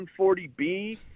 140B